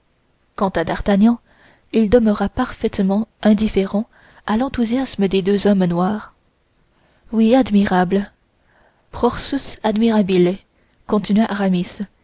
quant à d'artagnan il demeura parfaitement indifférent à l'enthousiasme des deux hommes noirs oui admirable prorsus